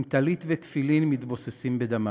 עם טלית ותפילין, מתבוססים בדמם.